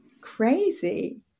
crazy